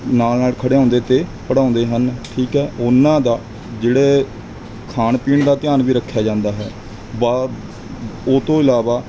ਨਾਲ ਨਾਲ ਖਿਡਾਉਂਦੇ ਅਤੇ ਪੜ੍ਹਾਉਂਦੇ ਹਨ ਠੀਕ ਹੈ ਉਹਨਾਂ ਦਾ ਜਿਹੜੇ ਖਾਣ ਪੀਣ ਦਾ ਧਿਆਨ ਵੀ ਰੱਖਿਆ ਜਾਂਦਾ ਹੈ ਬਾਅਦ ਉਹ ਤੋਂ ਇਲਾਵਾ